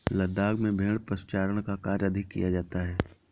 लद्दाख में भेड़ पशुचारण का कार्य अधिक किया जाता है